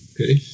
Okay